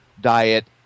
diet